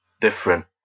different